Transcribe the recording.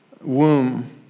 womb